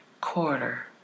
Quarter